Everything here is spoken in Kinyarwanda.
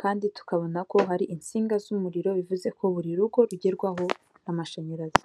kandi tukabona ko hari insinga z'umuriro bivuze ko buri rugo rugerwaho amashanyarazi.